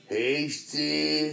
hasty